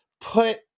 put